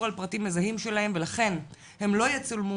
על פרטים מזהים שלהם ולכן - הם לא יצולמו,